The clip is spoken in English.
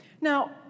Now